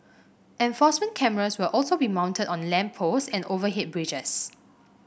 enforcement cameras will also be mounted on lamp post and overhead bridges